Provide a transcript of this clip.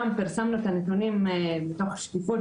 פרסמנו את הנתונים בדו"ח השקיפות,